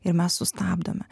ir mes sustabdome